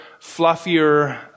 fluffier